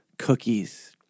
Cookies